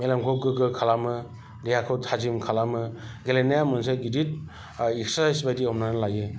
मेलेमखौ गोगो खालामो देहाखौ थाजिम खालामो गेलेनाया मोनसे गिदिर एकसारसाइस बायदि हमनानै लायो